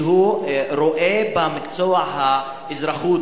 שהוא רואה במקצוע האזרחות,